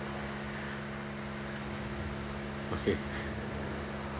okay